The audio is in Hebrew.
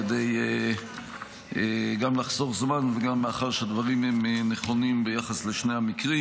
גם כדי לחסוך זמן וגם מאחר שהדברים נכונים ביחס לשני המקרים.